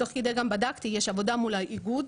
תוך כדי גם בדקתי, יש עבודה מול האיגוד,